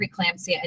preeclampsia